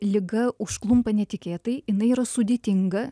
liga užklumpa netikėtai jinai yra sudėtinga